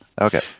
Okay